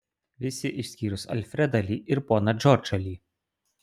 visi išskyrus alfredą li ir poną džordžą li